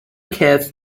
kids